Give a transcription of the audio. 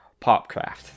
popcraft